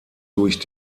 durch